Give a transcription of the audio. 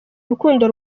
urukundo